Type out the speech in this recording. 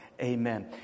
Amen